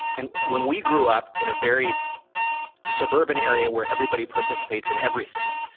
and when we grew up, in a very suburban area where everybody participates in everything.